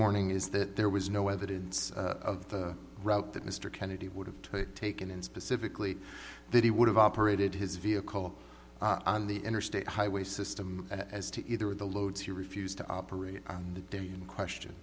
morning is that there was no evidence of the route that mr kennedy would have taken in specifically that he would have operated his vehicle on the interstate highway system as to either of the loads he refused to operate on the day in question